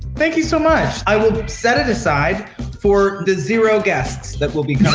thank you so much, i will set it aside for the zero guests that will be